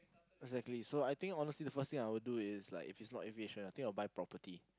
exactly so I think honestly the first thing I would do is like if it's not aviation I think I would buy property